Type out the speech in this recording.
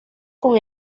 con